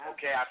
Okay